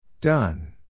Done